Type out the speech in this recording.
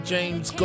James